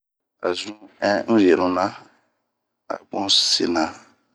A zunh ɛn un yenuna abun sina.